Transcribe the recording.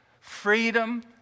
freedom